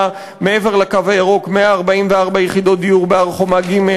מעבר לקו הירוק 144 יחידות דיור בהר-חומה ג',